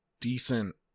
decent